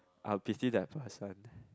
I'll pity that person